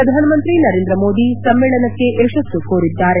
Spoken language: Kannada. ಪ್ರಧಾನಮಂತ್ರಿ ನರೇಂದ್ರ ಮೋದಿ ಸಮ್ನೇಳನಕ್ಕೆ ಯಶಸ್ತು ಕೋರಿದ್ದಾರೆ